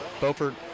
Beaufort